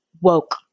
woke